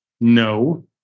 No